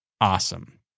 Awesome